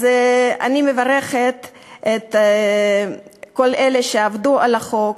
אז אני מברכת את כל אלה שעבדו על החוק,